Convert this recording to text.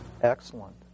Excellent